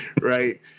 right